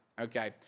okay